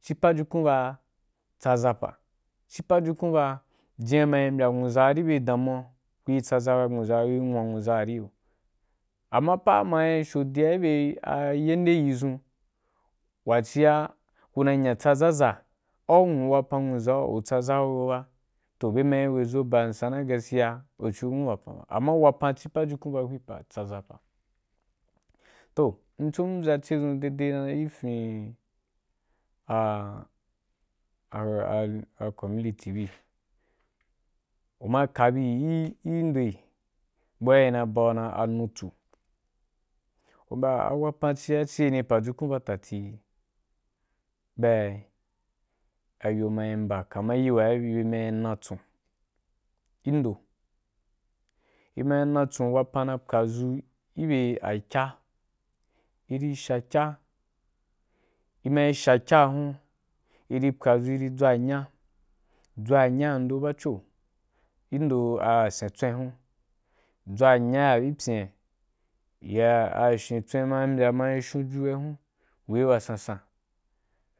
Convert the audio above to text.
Ci pajukun ba tsaʒa ci pajukun ba jinna ma mbya nwuʒa i be damuwa kui tsaʒa nwuʒa yo, kui nwoa nwuʒa’a ari, ama pa’a ma fyio dia i bye yeniyi dʒun, wa cia ku na nya tsaʒaʒa au nwu wapan nwuʒa’u u tsaʒa’u ku yo ba, yo be ma meʒo ba’ sansan nuna gaskiya, u ciu nwu wapan ba, ama wapan ci pajukun ba’ tsaʒa pa. To m chu m vyaa ce dʒun numa i fin’i a a communiti bui. N ma ka bi ì ndo’i abua i na bau dan anutsu u, mbayaa a wapan cia a tseni ni pajukun badati, baī ayo ma mba i wa i ma natson i ndo ku ɪ ma natson a wapan na pwadʒo i be akya, i ma sha’ kya’ hun i ri pwadʒo, i ri dʒwuanya i dʒwuyaya ya ndo bacho, i ndo wasen tswen’i huri dʒwuanya ki pyen’a, a wasen tswe’i nia mbyaa ma shon ju wea hun, wei wasansan,